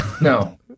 No